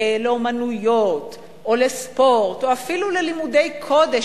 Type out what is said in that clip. לאומנויות או לספורט או אפילו ללימודי קודש.